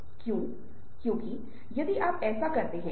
और यह विशेष रूप से यहा कारण है कि हम अवधारणाओं को देख रहे हैं